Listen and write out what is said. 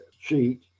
sheet